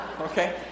Okay